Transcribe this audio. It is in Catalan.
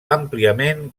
àmpliament